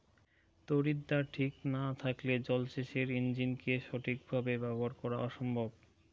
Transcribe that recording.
তড়িৎদ্বার ঠিক না থাকলে জল সেচের ইণ্জিনকে সঠিক ভাবে ব্যবহার করা অসম্ভব